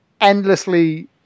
endlessly